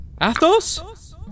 Athos